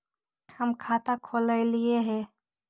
हम खाता खोलैलिये हे?